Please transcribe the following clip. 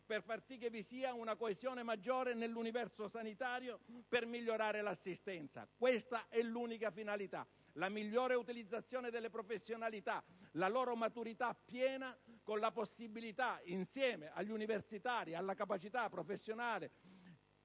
per far sì che vi sia una coesione maggiore nell'universo sanitario per migliorare l'assistenza. Questa è l'unica finalità. La migliore utilizzazione delle professionalità, la loro maturità piena con la possibilità, insieme agli universitari, alla capacità professionale